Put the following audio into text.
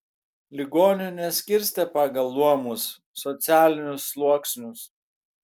ligonių neskirstė pagal luomus socialinius sluoksnius